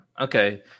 Okay